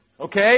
Okay